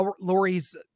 Lori's